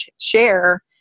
share